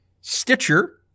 Stitcher